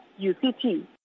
UCT